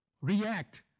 react